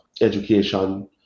education